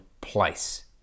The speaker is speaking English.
place